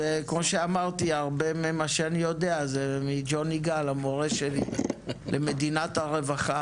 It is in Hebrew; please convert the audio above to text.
כמו שאמרתי הרבה ממה שאני יודע זה מג'וני גל המורה שלי למדינת הרווחה